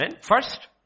First